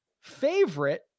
favorite